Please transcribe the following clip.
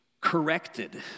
corrected